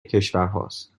کشورهاست